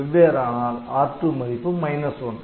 வெவ்வேறானால் R2 மதிப்பு ' 1'